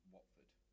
Watford